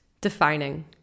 Defining